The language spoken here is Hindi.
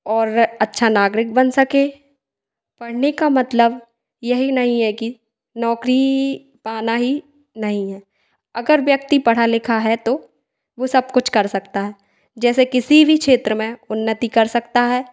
और अच्छा नागरिक बन सके पढ़ने का मतलब यही नहीं है कि नौकरी पाना ही नहीं है अगर व्यक्ति पढ़ा लिखा है तो वह सब कुछ कर सकता है जैसे किसी भी क्षेत्र में उन्नति कर सकता है